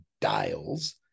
dials